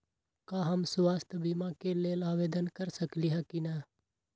का हम स्वास्थ्य बीमा के लेल आवेदन कर सकली ह की न?